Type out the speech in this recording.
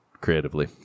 creatively